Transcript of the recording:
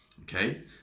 Okay